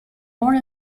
more